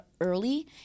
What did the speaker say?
early